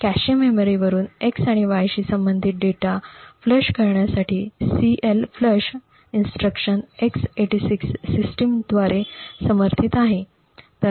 cache मेमरीवरून 'x' आणि 'y' शी संबंधित डेटा फ्लश करण्यासाठी CLFLUSH सूचना x86 सिस्टमद्वारे समर्थित आहेत